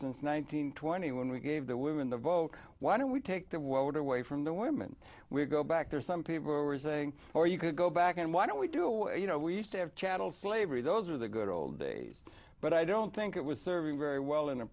hundred twenty when we gave the women the vote why don't we take the world away from the women we go back there some people were saying or you could go back and why don't we do you know we used to have chattel slavery those are the good old days but i don't think it was serving very well in a